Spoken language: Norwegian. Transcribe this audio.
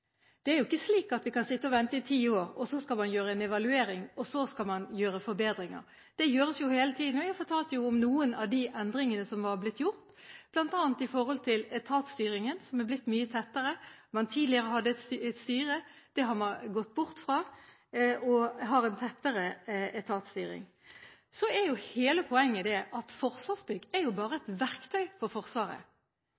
Det er ikke slik at vi kan sitte og vente i ti år, så skal man gjøre en evaluering og så skal man gjøre forbedringer. Det gjøres jo hele tiden. Jeg fortalte om noen av de endringene som var blitt gjort, bl.a. når det gjelder etatsstyringen, som er blitt mye tettere. Tidligere hadde man et styre, men det har man gått bort fra. Nå har man en tettere etatsstyring. Hele poenget er at Forsvarsbygg bare er et verktøy for Forsvaret. Det er et verktøy for at